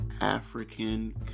African